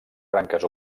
branques